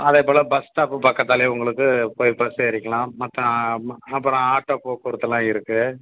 அதேபோல் bus stop பக்கத்திலையே உங்களுக்கு போய் பஸ் ஏறிக்கலாம் மற்ற ம அப்புறம் ஆட்டோ போக்குவரத்துலாம் இருக்குது